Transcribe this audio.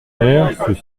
nerfs